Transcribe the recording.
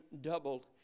doubled